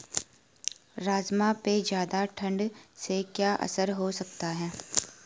राजमा पे ज़्यादा ठण्ड से क्या असर हो सकता है?